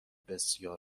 بسیار